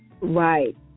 Right